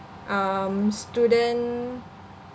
um student